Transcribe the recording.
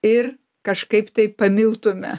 ir kažkaip tai pamiltume